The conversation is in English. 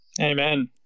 Amen